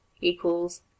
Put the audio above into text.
equals